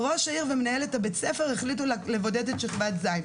ראש העיר ומנהלת בית הספר החליטו לבודד את שכבת ז'.